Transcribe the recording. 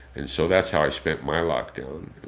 and so that's how i spent my lockdown.